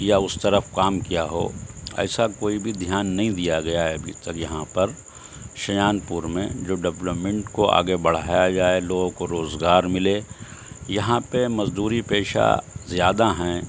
یا اس طرف کام کیا ہو ایسا کوئی بھی دھیان نہیں دیا گیا ہے ابھی تک یہاں پر شاہجہانپور میں جو ڈپلپمینٹ کو آگے بڑھایا جائے لوگوں کو روزگار ملے یہاں پہ مزدوری پیشہ زیادہ ہیں